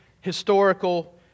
historical